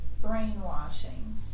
Brainwashing